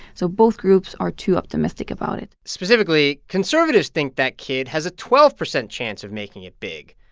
so both groups are too optimistic about it specifically, conservatives think that kid has a twelve percent chance of making it big,